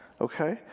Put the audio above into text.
Okay